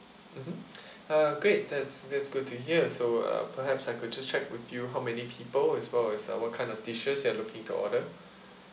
mmhmm uh great that's that's good to hear so uh perhaps I could just check with you how many people as well as uh what kind of dishes you're looking to order